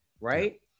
right